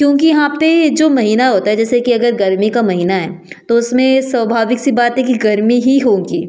क्योंकि यहाँ पे जो महीना होता है जैसे कि अगर गर्मी का महीना है तो उसमें स्वभाविक सी बात है कि गर्मी ही होगी